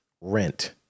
Rent